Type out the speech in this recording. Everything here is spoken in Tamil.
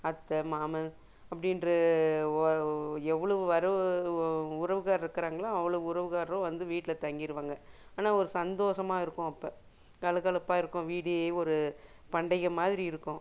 அத்தை மாமா அப்படின்ற ஓ எவ்வளோ உறவு ஓ உறவுக்கார்ருக்கறாங்ளோ அவ்வளோ உறவுக்கார்ரும் வந்து வீட்டில் தங்கியிருவாங்க ஆனால் ஒரு சந்தோசமாக இருக்கும் அப்போ கலகலப்பாக இருக்கும் வீடியே ஒரு பண்டிகை மாதிரி இருக்கும்